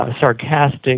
sarcastic